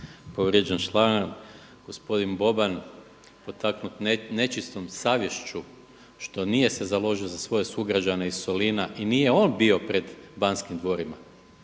povrijeđen članak. Gospodin Boban potaknut nečistom savješću što se nije založio za svoje sugrađane iz Solina i nije on bio pred Banskim dvorima.